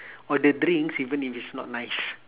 or the drinks even if it's not nice